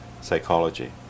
psychology